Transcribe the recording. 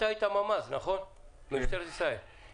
אתה היית ממ"ז במשטרת ישראל, נכון?